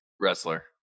wrestler